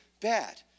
bad